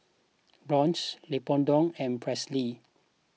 Blanch Leopoldo and Presley